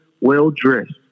well-dressed